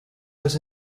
was